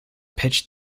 pitch